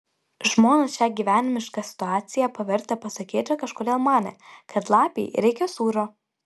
žmonės šią gyvenimišką situaciją pavertę pasakėčia kažkodėl manė kad lapei reikia sūrio